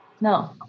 no